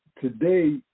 today